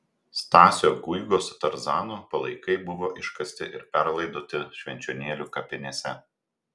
stasio guigos tarzano palaikai buvo iškasti ir perlaidoti švenčionėlių kapinėse